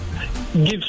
give